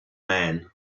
man